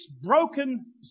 broken